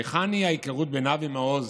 מהיכן היא ההיכרות בין אבי מעוז